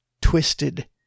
twisted